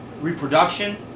reproduction